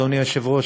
אדוני היושב-ראש,